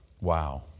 Wow